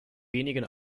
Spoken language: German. wenigen